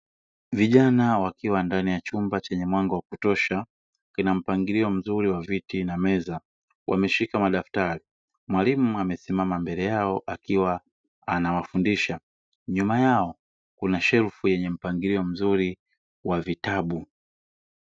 Vijana wakiwa ndani ya chumba chenye mwanga wa kutosha, kina mpangilio mzuri wa viti na meza, wameshika madaftari. Mwalimu amesimama mbele yao akiwa anawafundisha, nyuma yao kuna shelfu yenye mpangilio mzuri wa vitabu.